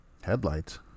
headlights